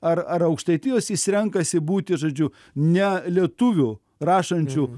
ar ar aukštaitijos jis renkasi būti žodžiu ne lietuviu rašančiu